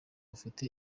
afite